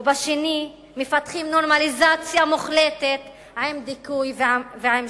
ובשני מפתחים נורמליזציה מוחלטת עם דיכוי ועם שליטה.